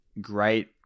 great